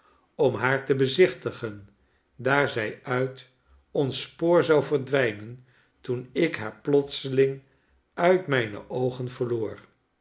om haar te bezichtigen daar zij uit ons spoor zou verdwijnen toen ik haar plotseling uit mijne oogen verloor